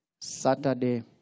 Saturday